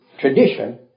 tradition